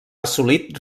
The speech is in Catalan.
assolit